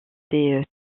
des